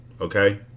Okay